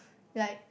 like